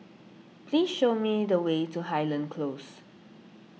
please show me the way to Highland Close